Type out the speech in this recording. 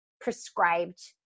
prescribed